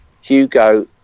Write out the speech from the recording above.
Hugo